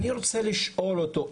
אני רוצה לשאול אותו,